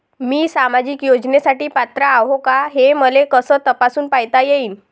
मी सामाजिक योजनेसाठी पात्र आहो का, हे मले कस तपासून पायता येईन?